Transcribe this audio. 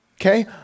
Okay